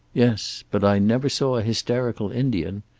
yes. but i never saw a hysterical indian.